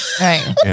right